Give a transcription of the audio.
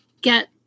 get